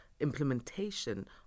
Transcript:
implementation